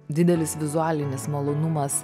didelis vizualinis malonumas